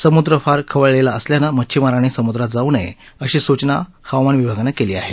समुद्र फार खवळलेला असल्यानं मच्छिमारांनी समुद्रात जाऊ नये अशी सूचना हवामान विभागानं केली आहे